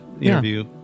interview